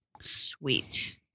Sweet